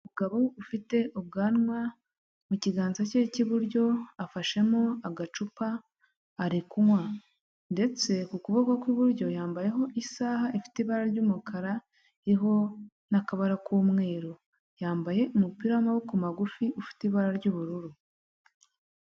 Umugabo ufite ubwanwa, mu kiganza cye cy'iburyo afashemo agacupa ari kunywa; ndetse ku kuboko kw'iburyo yambayeho isaha ifite ibara ry'umukara, irimo n'akabara k'umweru, yambaye umupira w'amaboko magufi ufite ibara ry'ubururu.